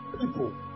people